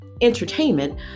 entertainment